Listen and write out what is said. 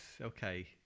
okay